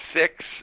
six